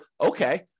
okay